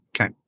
Okay